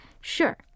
Sure